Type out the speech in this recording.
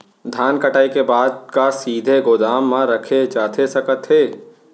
धान कटाई के बाद का सीधे गोदाम मा रखे जाथे सकत हे?